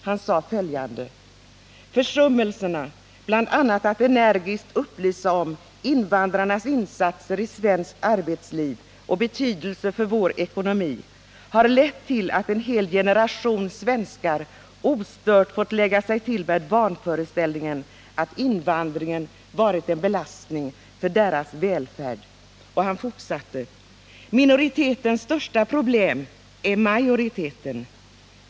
Han skrev: ”Försummelserna, bl.a. att energiskt upplysa om invandrarnas insatser i svenskt arbetsliv och betydelse för vår ekonomi, har lett till att en hel generation svenskar ostört fått lägga sig till med vanföreställningen att invandringen varit en belastning för deras välfärd.” Och han fortsatte: ”Minoritetens största problem är majoriteten.